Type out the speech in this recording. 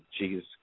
Jesus